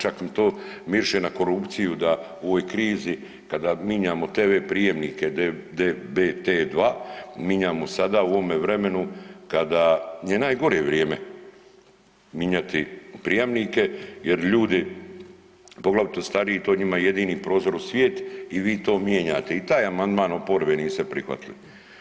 Čak mi to miriše na korupciju da u ovoj krizi kada mijenjamo TV prijemnike DBT2 mijenjamo sada u ovome vremenu kada je najgore vrijeme mijenjati prijemnike, jer ljudi poglavito stariji to je njima jedini prozor u svijet i vi to mijenjate i taj amandman oporbe niste prihvatili.